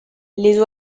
les